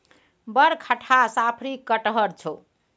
बड़ खटहा साफरी कटहड़ छौ